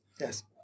Yes